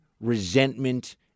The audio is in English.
resentment